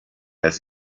als